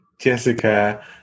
jessica